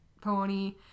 pony